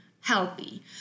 healthy